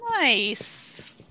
nice